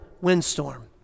windstorm